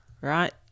right